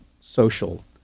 social